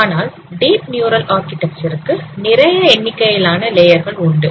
ஆனால் deep neural architecture க்கு நிறைய எண்ணிக்கையிலான லேயர் கள் உண்டு